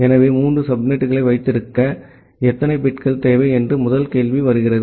எனவே மூன்று சப்நெட்டுகளை வைத்திருக்க எத்தனை பிட்கள் தேவை என்று முதல் கேள்வி வருகிறது